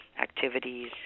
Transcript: activities